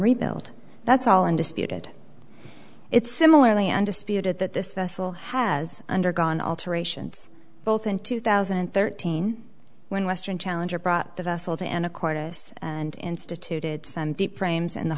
rebuild that's all undisputed it's similarly undisputed that this vessel has undergone alterations both in two thousand and thirteen when western challenger brought that asshole to anacortes and instituted some deep frames in the